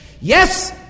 Yes